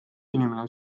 inimene